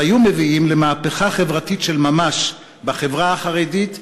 היו מביאים למהפכה חברתית של ממש בחברה החרדית,